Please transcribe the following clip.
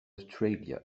australia